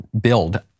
build